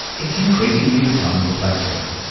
it's increasingly becoming replaceable.